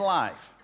life